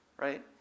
right